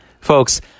folks